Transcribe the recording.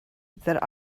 that